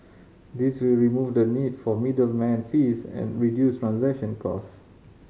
this will remove the need for middleman fees and reduce transaction cost